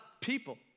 people